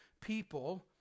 people